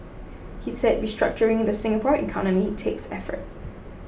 he said restructuring the Singapore economy takes effort